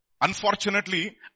unfortunately